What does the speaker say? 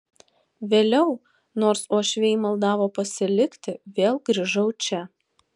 vėliau nors uošviai maldavo pasilikti vėl grįžau čia